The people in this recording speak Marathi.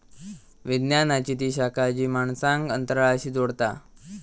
विज्ञानाची ती शाखा जी माणसांक अंतराळाशी जोडता